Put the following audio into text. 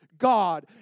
God